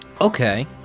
Okay